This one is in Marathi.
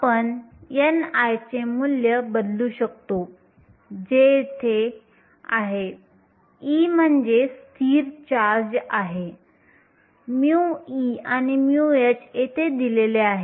आपण ni चे मूल्य बदलू शकतो जे येथे आहे e म्हणजे स्थिर चार्ज आहे μe आणि μh येथे दिले आहेत